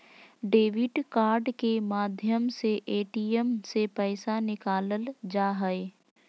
debit card के माध्यम से ए.टी.एम से पैसा निकालल जा हय